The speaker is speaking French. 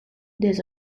des